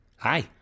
Hi